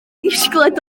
disgled